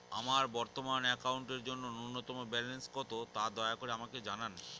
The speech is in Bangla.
আমার বর্তমান অ্যাকাউন্টের জন্য ন্যূনতম ব্যালেন্স কত, তা দয়া করে আমাকে জানান